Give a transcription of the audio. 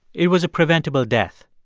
it was a preventable death.